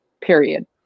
Period